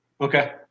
Okay